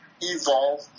evolve